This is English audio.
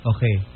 Okay